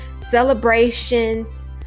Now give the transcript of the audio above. celebrations